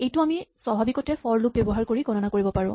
এইটো আমি স্বাভৱিকতে ফৰ লুপ ব্যৱহাৰ কৰি গণনা কৰিব পাৰো